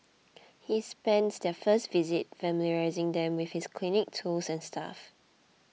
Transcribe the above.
he spends their first visit familiarising them with his clinic tools and staff